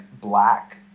black